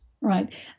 Right